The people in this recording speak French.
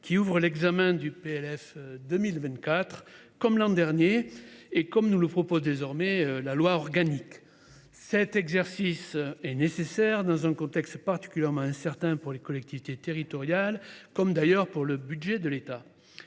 pour l’année prochaine, comme l’an dernier et comme le prévoit désormais la loi organique. Cet exercice est nécessaire dans un contexte particulièrement incertain pour les collectivités territoriales, comme d’ailleurs pour le budget de l’État.